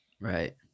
right